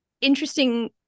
Interesting